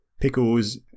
pickles